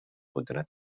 قدرت